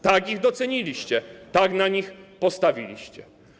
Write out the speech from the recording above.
Tak ich doceniliście, tak na nich postawiliście.